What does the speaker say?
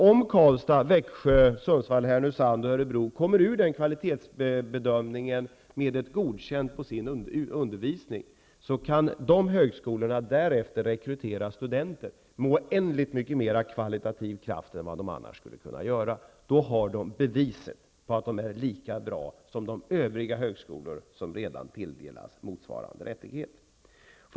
Om högskolorna i Karlstad, Växjö, Sundsvall/Härnösand och Örebro klarar den kvalitetsbedömningen med ett godkänt i fråga om undervisningen, kan dessa högskolor därefter rekrytera studenter med oändligt mycket mer kvalitativ kraft än vad de annars skulle kunna göra. Då har dessa högskolor beviset på att de är lika bra som övriga högskolor, som redan tilldelats motsvarande rättighet.